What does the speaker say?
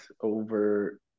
over